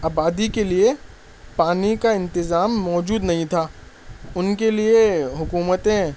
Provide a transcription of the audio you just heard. آبادی کے لیے پانی کا انتظام موجود نہیں تھا ان کے لیے حکومتیں